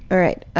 all right.